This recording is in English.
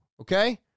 Okay